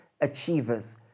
achievers